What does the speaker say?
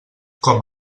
com